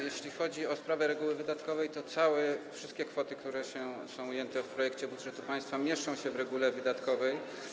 Jeśli chodzi o sprawę reguły wydatkowej, to wszystkie kwoty, które są ujęte w projekcie budżetu państwa, mieszczą się w regule wydatkowej.